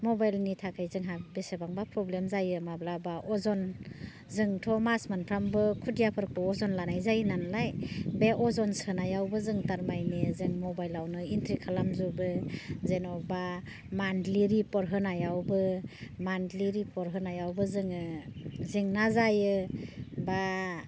मबेलनि थाखाय जोंहा बेसेबांबा प्रब्लेम जायो माब्लाबा अजन जोंथ' मास मोनफ्रामबो खुदियाफोरखौ अजन लानाय जायो नालाय बे अजन सोनायावबो जों थारमाइनि जों मबाइलआवनो एन्ट्रि खालामजोबो जेन'बा मान्थलि रिपर्ट होनायावबो मान्थलि रिपर्ट होनायावबो जोङो जेंना जायो बा